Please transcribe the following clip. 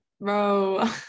Bro